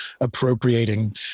appropriating